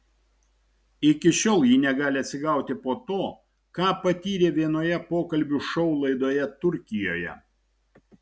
iki šiol ji negali atsigauti po to ką patyrė vienoje pokalbių šou laidoje turkijoje